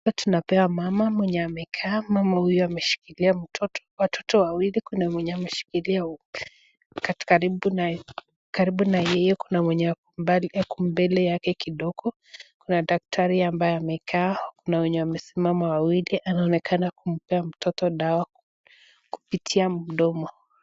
Tunampea mama mwenye amekaa. Mama huyu ameshikilia watoto wawili. Kuna mwenye ameshikilia karibu naye. Karibu naye kuna mwenye ako mbele yake kidogo. Kuna daktari ambaye amekaa. Kuna wenye wamesimama wawili. Anaonekana kumpea mtoto dawa kupitia mdomo.